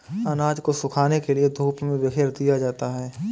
अनाज को सुखाने के लिए धूप में बिखेर दिया जाता है